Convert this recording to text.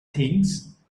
things